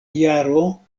jaro